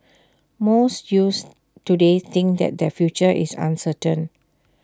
most youths today think that their future is uncertain